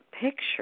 picture